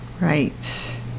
Right